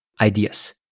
ideas